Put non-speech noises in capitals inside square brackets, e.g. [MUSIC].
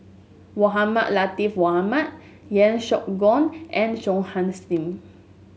Mohamed Latiff Mohamed Yeo Siak Goon and [UNINTELLIGIBLE] Singh